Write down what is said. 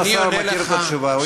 אם סגן השר מכיר את התשובה הוא ימשיך.